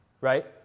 right